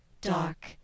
Dark